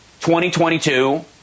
2022